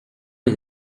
les